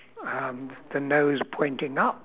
um the nose pointing up